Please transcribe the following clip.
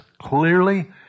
Clearly